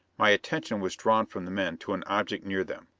my attention was drawn from the men to an object near them.